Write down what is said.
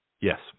Yes